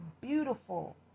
beautiful